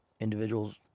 individuals